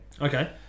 Okay